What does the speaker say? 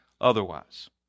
otherwise